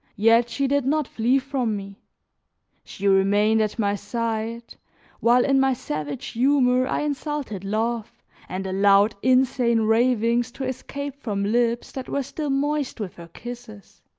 yet she did not flee from me she remained at my side while in my savage humor, i insulted love and allowed insane ravings to escape from lips that were still moist with her kisses.